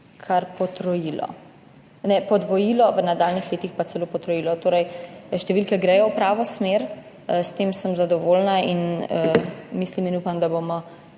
kar podvojilo, v nadaljnjih letih pa celo potrojilo. Torej, številke gredo v pravo smer, s tem sem zadovoljna in mislim in upam, da bomo